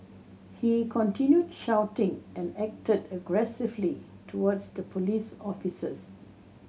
he continued shouting and acted aggressively towards the police officers